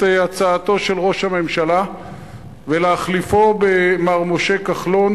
הצעתו של ראש הממשלה ולהחליפו במר משה כחלון,